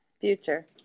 Future